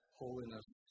holiness